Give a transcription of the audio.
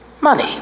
money